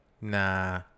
nah